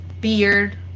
beard